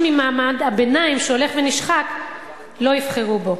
ממעמד הביניים שהולך ונשחק לא יבחרו בו.